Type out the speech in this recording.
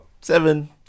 Seven